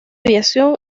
aviación